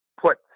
put